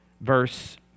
verse